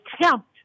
attempt